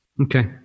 Okay